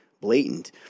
blatant